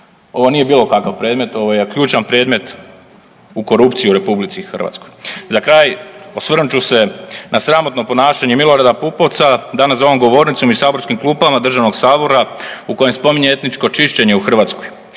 Ovo nije bilo kakav predmet ovo je ključan predmet u korupciji u RH. Za kraj, osvrnut ću se na sramotno ponašanje Milorada Pupovca danas za ovom govornicom i saborskim klupama državnog Sabora u kojem spominje etničko čišćenje u Hrvatskoj.